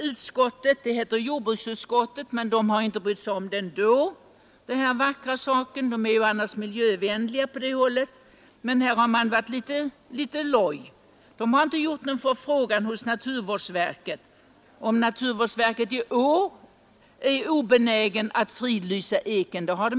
Utskottet heter jordbruksutskottet, men man har ändå inte brytt sig om det vackra trädet. Utskottets ledamöter är annars miljövänliga, men de har här varit litet loja. Utskottet har inte gjort någon förfrågan huruvida naturvårdsverket i år är obenäget att fridlysa eken.